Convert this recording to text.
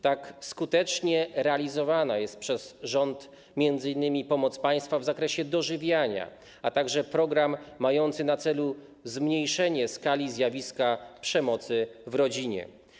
Tak skutecznie realizowana jest przez rząd m.in. pomoc państwa w zakresie dożywiania, a także program mający na celu zmniejszenie skali zjawiska przemocy w rodzinie.